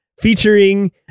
featuring